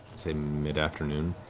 say, midafternoon.